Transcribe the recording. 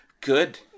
Good